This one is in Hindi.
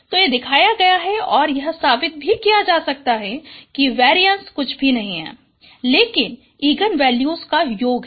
तो यह दिखाया गया है और यह साबित भी किया जा सकता है कि वेरीएंसकुछ भी नहीं है लेकिन इगन वैल्यूज का योग है